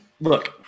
look